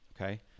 okay